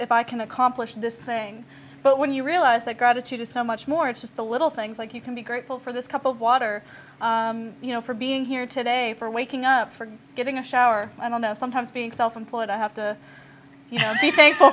if i can accomplish this thing but when you realize that gratitude is so much more it's just the little things like you can be grateful for this couple of water you know for being here today for waking up for getting a shower i don't know sometimes being self employed i have to